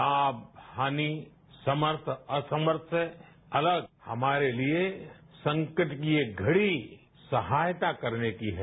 लाम हानि समर्थ असमर्थ से अलग हमारे लिये संकट की ये घड़ी सहायता करने की है